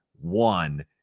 one